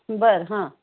बरं हां